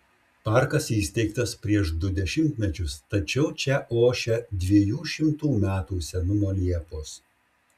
parkas įsteigtas prieš du dešimtmečius tačiau čia ošia dviejų šimtų metų senumo liepos